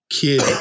kid